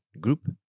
group